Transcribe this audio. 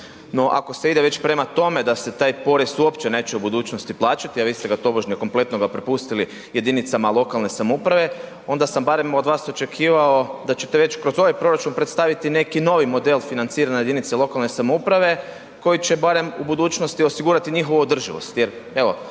no ako se ide već prema tome da se taj porez uopće neće u budućnosti plaćati, a vi ste ga tobožnje kompletnoga prepustili jedinicama lokalne samouprave, onda sam barem od vas očekivao da ćete već kroz ovaj proračun predstaviti neki novi model financiranja jedinica lokalne samouprave koji će barem u budućnosti osigurati njihovu održivost